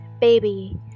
Baby